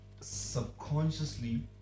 subconsciously